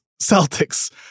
Celtics